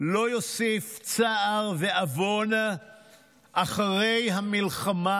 לא יוסיף צער ועוון אחרי המלחמה,